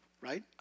right